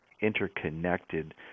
interconnected